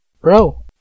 Bro